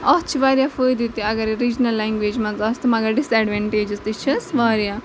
اَتھ چھِ واریاہ فٲیدٕ تہِ اَگر رِجنل لٮ۪گویج منٛز آسہِ مَگر ڈِس ایٚڈویٚنٹیجِز تہِ چھِس واریاہ